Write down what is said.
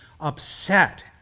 upset